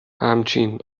همچین